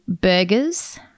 burgers